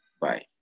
Bye